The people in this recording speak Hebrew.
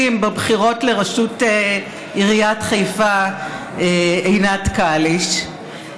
בבחירות לראשות עיריית חיפה עינת קליש,